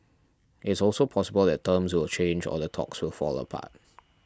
it's also possible that terms will change or the talks will fall apart